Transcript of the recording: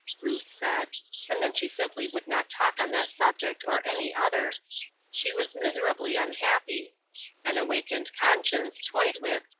ruth said and then she simply would not talk on that subject or any other she was miserably unhappy an awakened conscience, toyed with,